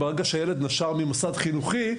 ברגע שילד נשר ממוסד חינוכי,